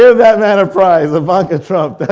that man a prize, ivanka trump.